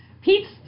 Pete's